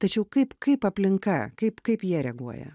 tačiau kaip kaip aplinka kaip kaip jie reaguoja